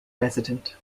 resident